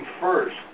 first